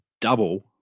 double